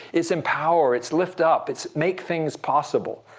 it's empower. it's lift up. it's make things possible.